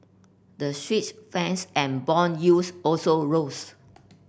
the Swiss France and bond yields also rose